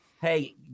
hey